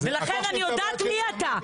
אני יודעת מי אתה.